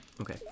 okay